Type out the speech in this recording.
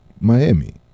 Miami